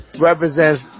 represents